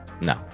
no